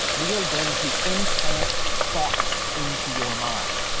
we are going to implant thoughts into your mind,